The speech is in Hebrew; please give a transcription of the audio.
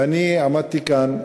ואני עמדתי כאן,